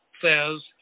Says